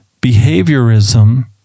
behaviorism